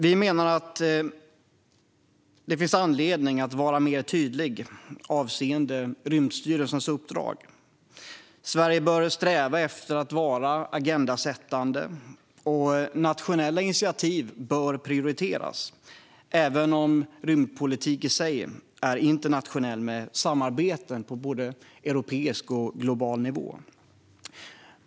Vi menar att det finns anledning att vara mer tydlig avseende Rymdstyrelsens uppdrag. Sverige bör sträva efter att vara agendasättande, och nationella initiativ bör prioriteras även om rymdpolitik i sig är internationell med samarbeten på både europeisk och global nivå.